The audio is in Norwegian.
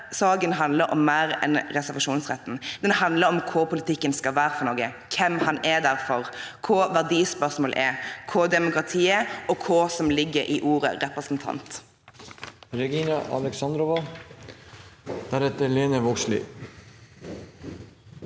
saken handler om mer enn reservasjonsretten. Den handler om hva politikken skal være, hvem den er der for, hva verdispørsmål er, hva demokrati er og hva som ligger i ordet «representant». Regina Alexandrova (H)